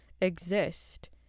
exist